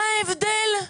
מה ההבדל?